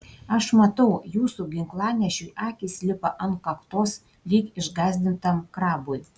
aš matau jūsų ginklanešiui akys lipa ant kaktos lyg išgąsdintam krabui